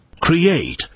Create